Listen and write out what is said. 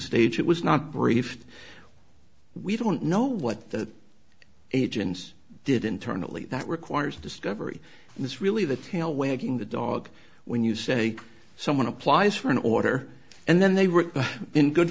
stage it was not briefed we don't know what the agents did internally that requires discovery and it's really the tail wagging the dog when you say someone applies for an order and then